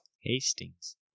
Hastings